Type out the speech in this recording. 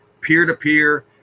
peer-to-peer